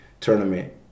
tournament